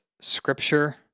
scripture